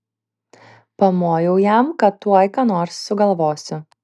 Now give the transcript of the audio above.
pamojau jam kad tuoj ką nors sugalvosiu